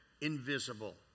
invisible